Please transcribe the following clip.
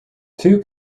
two